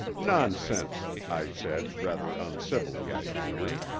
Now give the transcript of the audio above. nonsense! i said, rather uncivilly, i fear.